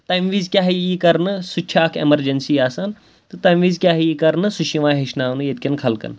تَمہِ وِزِ کیٛاہ یی کرنہٕ سُہ تہِ چھُ اکھ اٮ۪مرجنسی آسان تہٕ تَمہِ وِز کیٛاہ یی کرنہٕ سُہ چھُ یِوان ہیٚچھناونہٕ ییٚتہِ کٮ۪ن خلقن